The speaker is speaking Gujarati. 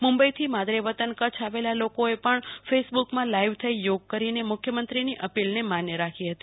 મુંબઈથી માદરે વતન કચ્છ આવેલા લોકોએ પણ ફેસબુકમાં લાઈવ થઈ યોગ કરી મુખ્યમંત્રીની અપીલને માન્ય રાખી હતી